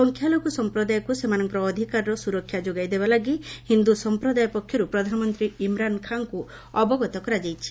ସଂଖ୍ୟାଲଘୁ ସମ୍ପ୍ରଦାୟକୁ ସେମାନଙ୍କର ଅଧିକାରର ସୁରକ୍ଷା ଯୋଗାଇ ଦେବା ଲାଗି ହିନ୍ଦୁ ସମ୍ପ୍ରସାୟ ପକ୍ଷରୁ ପ୍ରଧାନମନ୍ତ୍ରୀ ଇମ୍ରାନ୍ ଖାନ୍ଙ୍କୁ ଅବଗତ କରାଯାଇଛି